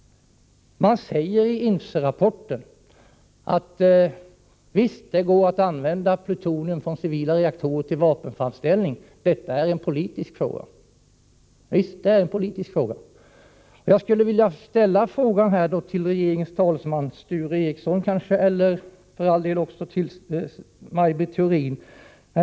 I INFCE-rapporten sägs att det går att använda plutonium från civila reaktorer till vapenframställning och att detta är en politisk fråga. Ja, visst är det en politisk fråga. Jag skulle vilja ställa en fråga till regeringens talesman, Sture Ericson eller Maj Britt Theorin.